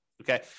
okay